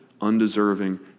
undeserving